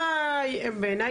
במזרח,